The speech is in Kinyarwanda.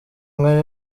nka